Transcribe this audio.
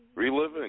Reliving